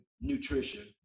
nutrition